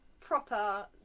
proper